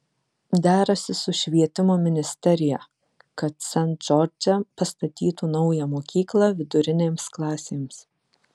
derasi su švietimo ministerija kad sent džordže pastatytų naują mokyklą vidurinėms klasėms